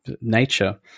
nature